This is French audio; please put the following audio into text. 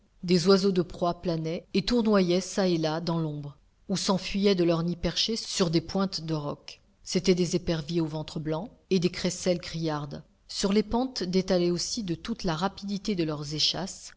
des oiseaux de proie planaient et tournoyaient çà et là dans l'ombre ou s'enfuyaient de leurs nids perchés sur des pointes de roc c'étaient des éperviers au ventre blanc et des crécelles criardes sur les pentes détalaient aussi de toute la rapidité de leurs échasses